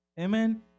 Amen